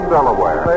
Delaware